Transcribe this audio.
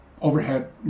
overhead